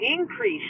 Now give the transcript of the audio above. increase